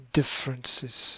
differences